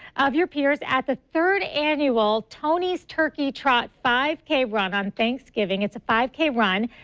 of your peers at the third annual tony's turkey trot five k run on thanksgiving. it's a five k run.